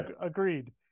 agreed